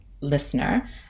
listener